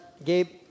Gabe